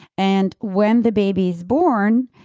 and when the baby is born,